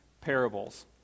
parables